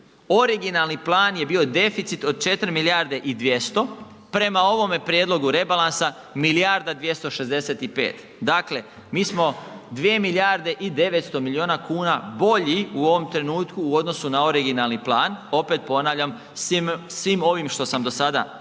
originalni plan je bio deficit od 4 milijarde i 200, prema ovome prijedlogu rebalansa milijarda 265. Dakle, mi smo 2 milijarde i 900 miliona kuna bolji u ovom trenutku u odnosu na originalni plan, opet ponavljam svim ovim što sam do sada napomenuo.